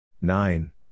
nine